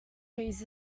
trees